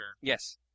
Yes